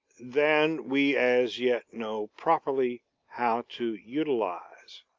than we as yet know properly how to utilize.